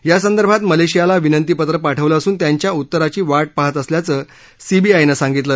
या संदर्भात मलेशियाला विनंतीपत्र पाठवलं असून त्यांच्या उतराची वाट पाहत असल्याचं सीबीआयनं सांगितलं